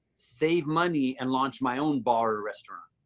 save money and launch my own bar or restaurant.